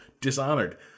Dishonored